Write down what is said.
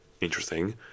interesting